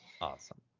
Awesome